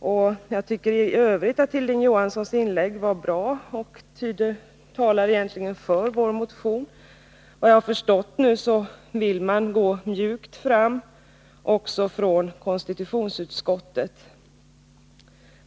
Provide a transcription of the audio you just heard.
I övrigt tycker jag att Hilding Johanssons inlägg var bra. Vad han sade talar egentligen för vår motion. Efter vad jag förstår vill man gå mjukt fram också från konstitutionsutskottet.